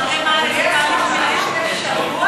אם המשרד שלך לא היה שותף עד עכשיו,